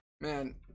man